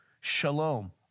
shalom